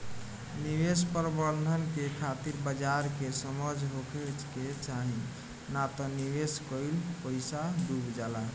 निवेश प्रबंधन के खातिर बाजार के समझ होखे के चाही नात निवेश कईल पईसा डुब जाला